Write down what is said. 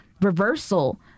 reversal